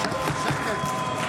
וואו.